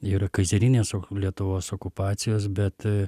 ir kazerinės o lietuvos okupacijos bet a